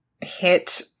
hit